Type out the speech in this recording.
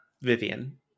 Vivian